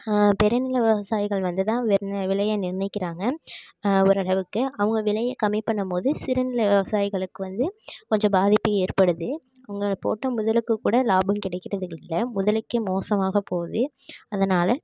பெரிய நில விவசாயிகள் வந்து தான் விலையை நிர்ணயிக்கிறாங்க ஓரளவுக்கு அவங்க விலையை கம்மி பண்ணும் போது சிறுநில விவசாயிகளுக்கு வந்து கொஞ்சம் பாதிப்பு ஏற்படுது அவங்க போட்ட முதலுக்கு கூட லாபம் கிடைக்கிறது இல்லை முதலுக்கே மோசமாகப் போகுது அதனால்